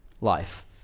life